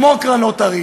כמו קרנות הריט.